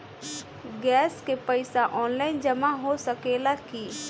Gas के पइसा online जमा हो सकेला की?